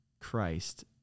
Christ